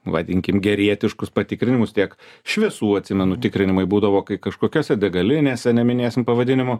vadinkim gerietiškus patikrinimus tiek šviesų atsimenu tikrinimai būdavo kai kažkokiose degalinėse neminėsim pavadinimų